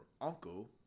uncle